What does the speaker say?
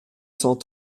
cent